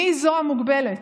היא המוגבלת,